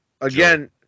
again